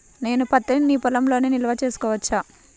నేను పత్తి నీ పొలంలోనే నిల్వ చేసుకోవచ్చా?